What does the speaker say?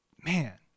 Man